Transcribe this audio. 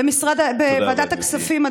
בוועדת הכספים, תודה רבה, גברתי.